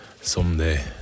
someday